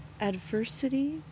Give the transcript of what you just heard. adversity